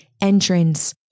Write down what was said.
entrance